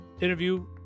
interview